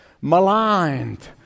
maligned